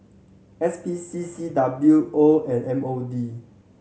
S P C C W O and M O D